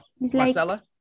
Marcella